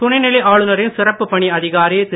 துணைநிலை ஆளுநரின் சிறப்பு பணி அதிகாரி திரு